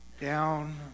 down